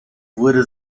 wurde